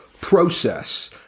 process